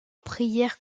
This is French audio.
prière